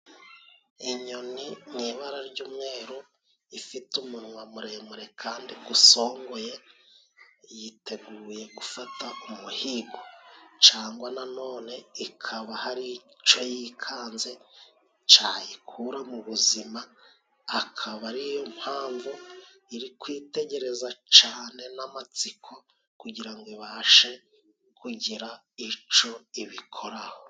Inyoni mu ibara ry'umweru ifite umunwa muremure kandi usongoye, yiteguye gufata umuhigo, cyangwa na none ikaba hari icyo yikanze cyayikura mu buzima, akaba ariyo mpamvu iri kwitegereza cyane n'amatsiko, kugira ngo ibashe kugira icyo ibikoraho.